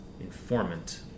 informant